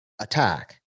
attack